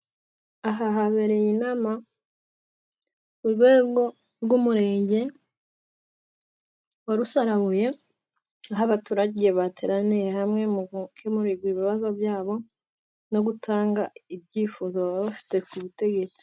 Aha habereye inama ku rwego rw'umurenge wa Rusarabuye, aho abaturage bateraniye hamwe ngo bakemurirwe ibibazo byabo, no gutanga ibyifuzo baba bafite ku butegetsi.